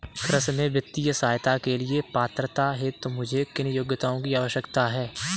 कृषि में वित्तीय सहायता के लिए पात्रता हेतु मुझे किन योग्यताओं की आवश्यकता है?